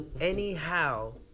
Anyhow